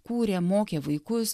kūrė mokė vaikus